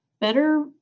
better